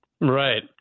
Right